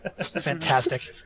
Fantastic